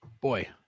Boy